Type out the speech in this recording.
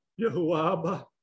Yahuwah